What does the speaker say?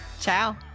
Ciao